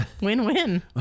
Win-win